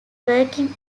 working